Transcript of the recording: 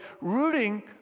rooting